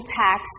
tax